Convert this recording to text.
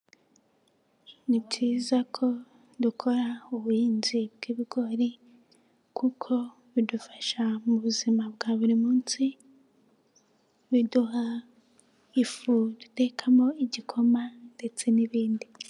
Ni byiza ko dukora ubuhinzi bw'ibigori kuko bidufasha mu buzima bwa buri munsi, biduha ifu dutekamo igikoma ndetse n'ibindi.